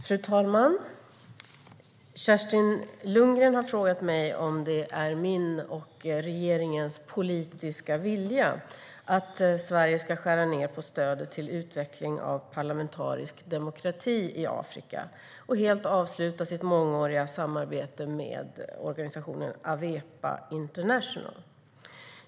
Fru talman! Kerstin Lundgren har frågat mig om det är min och regeringens politiska vilja att Sverige ska skära ned på stödet till utveckling av parlamentarisk demokrati i Afrika och helt avsluta sitt mångåriga samarbete med organisationen Awepa International.